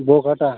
বো কটা